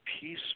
peace